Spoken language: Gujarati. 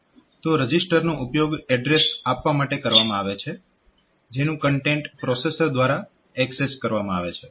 તો રજીસ્ટરનો ઉપયોગ એડ્રેસ આપવા માટે કરવામાં આવે છે જેનું કન્ટેન્ટ પ્રોસેસર દ્વારા એક્સેસ કરવામાં આવે છે